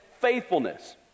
faithfulness